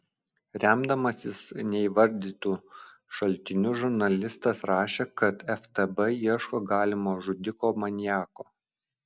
remdamasis neįvardytu šaltiniu žurnalistas rašė kad ftb ieško galimo žudiko maniako